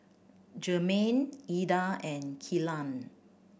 Germaine Eda and Kellan